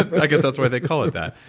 i guess that's why they call it that.